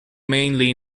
mainly